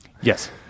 yes